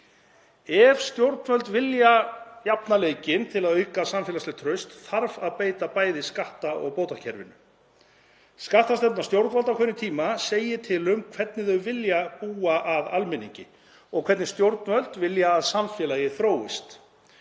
Ef stjórnvöld vilja jafna leikinn til að auka samfélagslegt traust þarf að beita bæði skatt- og bótakerfinu. Skattstefna stjórnvalda á hverjum tíma segir til um hvernig þau vilja búa að almenningi og hvernig stjórnvöld vilja að samfélagið þróist.